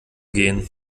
gehen